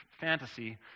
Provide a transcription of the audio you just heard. fantasy